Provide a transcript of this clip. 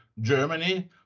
Germany